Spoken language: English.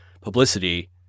publicity